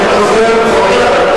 אני חוזר ואומר.